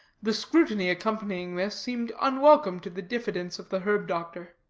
the scrutiny accompanying this seemed unwelcome to the diffidence of the herb-doctor.